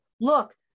look